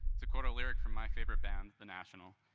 to quote a lyric from my favorite band, the national,